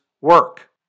work